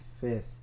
fifth